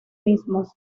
mismos